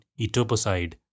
etoposide